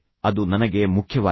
ಅದು ನನಗೆ ಮುಖ್ಯವಾಗಿದೆ